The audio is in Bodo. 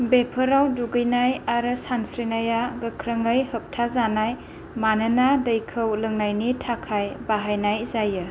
बेफोराव दुगैनाय आरो सानस्रिनाया गोख्रोङै होबथा जानाय मानोना दैखौ लोंनायनि थाखाय बाहायनाय जायो